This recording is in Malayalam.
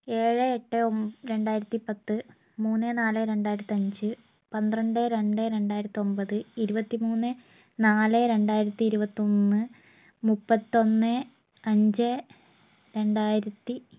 ഏഴ് എട്ട് രണ്ടായിരത്തി പത്ത് മൂന്ന് നാല് രണ്ടായിരത്തഞ്ച് പന്ത്രണ്ട് രണ്ട് രണ്ടായിരത്തൊമ്പത് ഇരുപത്തി മൂന്ന് നാല് രണ്ടായിരത്തി ഇരുപത്തൊന്ന് മുപ്പത്തൊന്ന് അഞ്ച് രണ്ടായിരത്തി